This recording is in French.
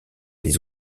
les